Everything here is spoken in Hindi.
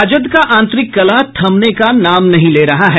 राजद का आंतरिक कलह थमने का नाम नहीं ले रहा है